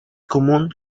común